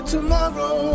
Tomorrow